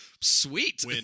sweet